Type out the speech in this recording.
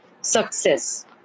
success